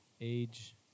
Age